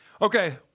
Okay